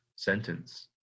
Sentence